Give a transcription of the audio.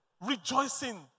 rejoicing